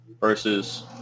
versus